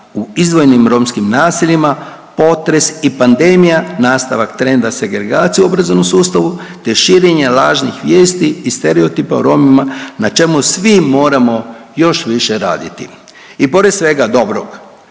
u izdvojenim romskim naseljima, potres i pandemija nastavak trenda segregacije u obrazovnom sustavu te širenja lažnih vijesti i stereotipa o Romima na čemu svi moramo još više raditi. I pored svega dobrog